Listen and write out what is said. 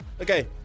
Okay